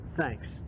Thanks